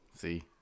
See